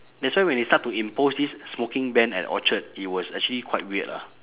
that's why when they start to impose this smoking ban at orchard it was actually quite weird lah